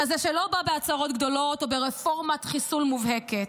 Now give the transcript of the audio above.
כזה שלא בא בהצהרות גדולות או ברפורמת חיסול מובהקת.